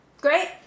Great